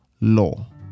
law